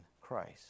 Christ